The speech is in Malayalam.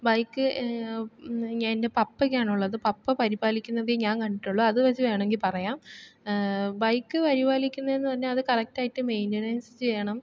ബൈക്ക് എൻ്റെ പപ്പയ്ക്കാണുള്ളത് പപ്പ പരിപാലിക്കുന്നതെ ഞാൻ കണ്ടിട്ടുള്ളു അത് വച്ച് വേണമെങ്കിൽ പറയാം ബൈക്ക് പരിപാലിക്കുന്നതെന്ന് പറഞ്ഞാൽ അത് കറക്ട് ആയിട്ട് മെയിൻ്റനൻസ് ചെയ്യണം